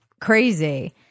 crazy